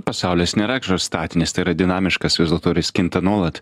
pasaulis nėra kažkoks statinis tai yra dinamiškas vis dėlto ir jis kinta nuolat